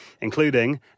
including